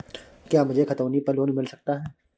क्या मुझे खतौनी पर लोन मिल सकता है?